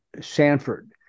Sanford